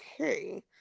okay